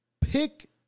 Pick